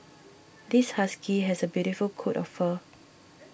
this husky has a beautiful coat of fur